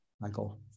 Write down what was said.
Michael